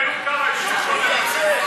תתנצל.